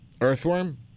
Earthworm